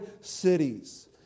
cities